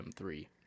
M3